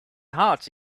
heart